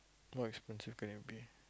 what expensive can it be